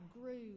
grew